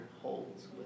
holds